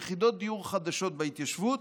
יחידות דיור חדשות בהתיישבות,